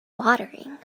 watering